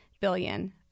billion